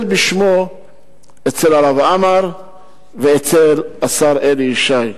בשמו אצל הרב עמאר ואצל השר אלי ישי.